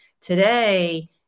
Today